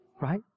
right